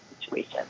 situation